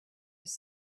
his